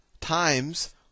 times